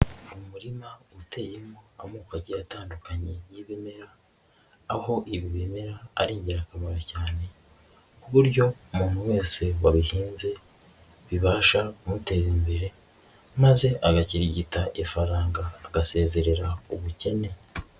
Umurima uteyemo amoko agiye atandukanye y'ibimera, aho ibi bimera ari ingirakamaro cyane ku buryo umuntu wese wabihinnze bibasha kumuteraza imbere maze agakirigita ifaranga agasezerera ubukene.